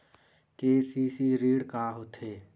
KCC ऋण का होथे?